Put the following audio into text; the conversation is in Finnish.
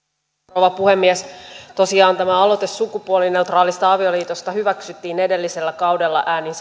rouva puhemies tosiaan aloite sukupuolineutraalista avioliitosta hyväksyttiin edellisellä kaudella äänin